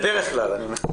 בדרך כלל, אני אומר.